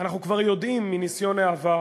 אנחנו כבר יודעים מניסיון העבר